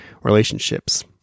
relationships